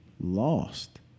lost